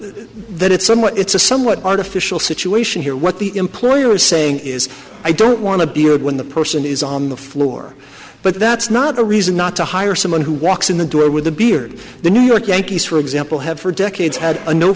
that it's somewhat it's a somewhat artificial situation here what the employer is saying is i don't want to be when the person is on the floor but that's not a reason not to hire someone who walks in the door with a beard the new york yankees for example have for decades had